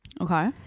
Okay